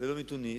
ולא מתוניס,